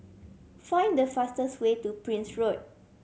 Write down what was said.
find the fastest way to Prince Road